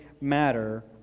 matter